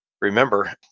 Remember